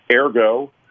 ergo